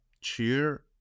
cheer